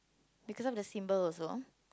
because of the symbol also